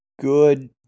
good